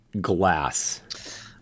glass